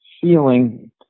feeling